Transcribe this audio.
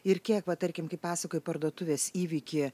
ir kiek va tarkim kai pasakojai parduotuvės įvykį